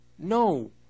No